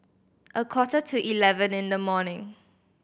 a quarter to eleven in the morning